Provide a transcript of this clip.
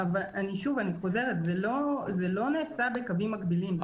אבל שוב אני חוזרת, זה לא נעשה בקווים מקבילים.